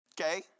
Okay